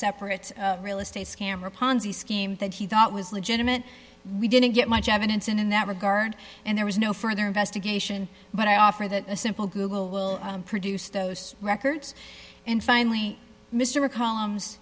separate real estate scam or a ponzi scheme that he thought was legitimate we didn't get much evidence in in that regard and there was no further investigation but i offer that a simple google will produce those records and finally mr mccollum